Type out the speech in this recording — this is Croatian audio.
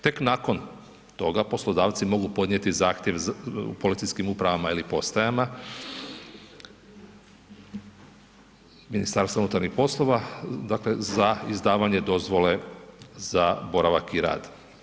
Tek nakon toga poslodavci mogu podnijeti zahtjev policijskim upravama ili postajama MUP-a za izdavanje dozvole za boravak i rad.